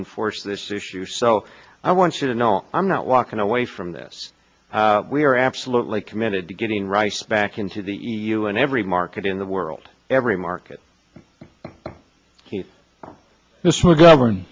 enforce this issue so i want you to know i'm not walking away from this we are absolutely committed to getting rice back into the e u and every market in the world every market this or govern